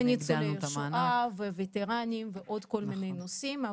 וניצולי השואה ווטרנים ועוד כל מיני נושאים,